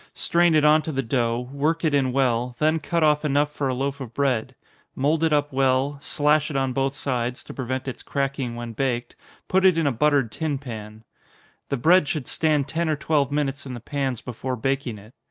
strain it on to the dough, work it in well then cut off enough for a loaf of bread mould it up well, slash it on both sides, to prevent its cracking when baked put it in a buttered tin-pan. the bread should stand ten or twelve minutes in the pans before baking it.